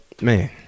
man